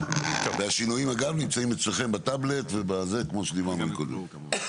והשינויים אגב נמצאים אצלכם בטאבלט ובזה כמו שדיברנו קודם,